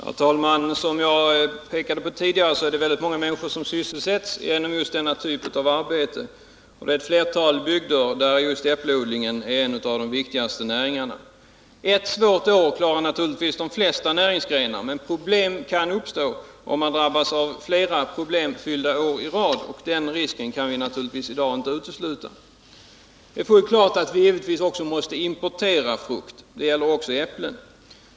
Herr talman! Som jag påpekade tidigare är det många människor som sysselsätts inom denna typ av arbete. I ett flertal bygder är just äppleodlingen en av de viktigaste näringarna. Ett svårt år klarar naturligtvis de flesta näringsgrenar. Men svårigheter kan uppstå om man drabbas av flera problemfyllda år i rad — och den risken kan vi i dag inte utesluta. Det är fullt klart att vi måste importera frukt, och det gäller också äpplen.